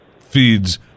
feeds